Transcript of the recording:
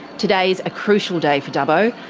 today's a crucial day for dubbo.